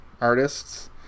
artists